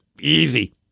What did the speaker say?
Easy